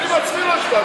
אני בעצמי לא הצבעתי.